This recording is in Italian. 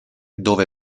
dove